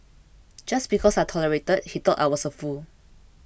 just because I tolerated he thought I was a fool